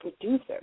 producer